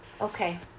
okay